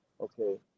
okay